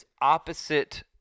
opposite